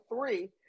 three